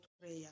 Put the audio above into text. prayer